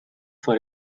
for